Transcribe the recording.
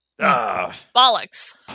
bollocks